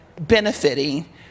benefiting